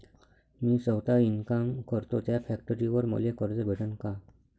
मी सौता इनकाम करतो थ्या फॅक्टरीवर मले कर्ज भेटन का?